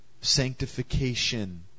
Sanctification